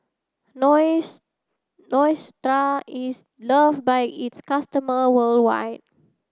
Neostrata is loved by its customer worldwide